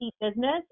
business